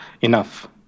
enough